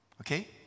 Okay